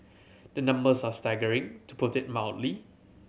the numbers are staggering to put it mildly